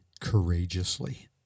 courageously